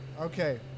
Okay